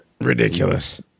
Ridiculous